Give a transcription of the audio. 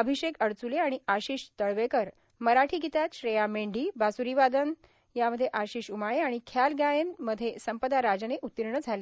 अभिषेक अडचूले आणि आशिष तळ्वेकर मराठी गीतात श्रेया मेंदी बासुरी वादन आशिष उमाळे आणि ख्याल गायन संपदा राजने उत्तीर्ण झाले